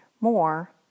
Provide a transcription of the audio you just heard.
more